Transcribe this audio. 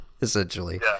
essentially